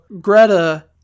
Greta